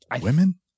Women